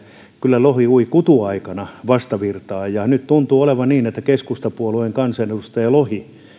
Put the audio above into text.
kyllä lohi ui kutuaikana vastavirtaan nyt tuntuu olevan niin että keskustapuolueen kansanedustaja lohi